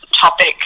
topic